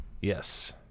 Yes